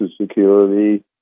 security